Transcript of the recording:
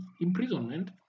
imprisonment